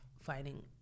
fighting